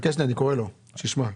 חכה שנייה, אני קורא לו, שישמע.